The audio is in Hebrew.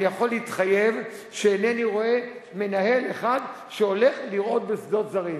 אני יכול להתחייב שאינני רואה מנהל אחד שהולך לרעות בשדות זרים.